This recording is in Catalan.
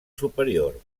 superior